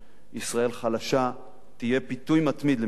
ישראל חלשה תהיה פיתוי מתמיד למתקפות.